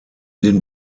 den